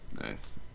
Nice